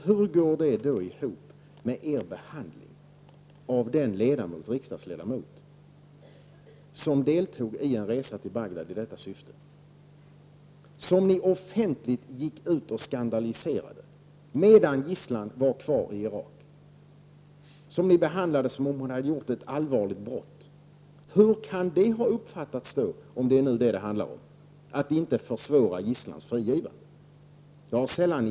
Hur går det ihop med er behandling av en av ledamöterna som var med på resan till Bagdad i detta syfte? Ni skandaliserade ledamoten offentligt medan gisslan ännu var kvar i Irak. Ni behandlade henne som om hon hade gjort ett allvarligt brott. Hur tror ni det uppfattades? Var det ett sätt att inte försvåra frigivningen av gisslan?